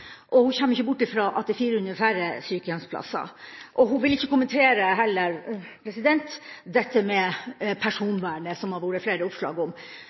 Hun kommer ikke bort fra at det er 400 færre sykehjemsplasser. Hun vil heller ikke kommentere dette med personvernet som det har vært flere oppslag om.